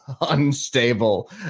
unstable